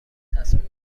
تصمیم